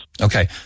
Okay